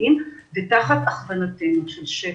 החינוכיים ותחת הכוונתנו של שפ"י.